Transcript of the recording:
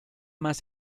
más